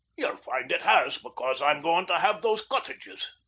ye'll find it has because i'm going to have those cottages.